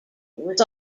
was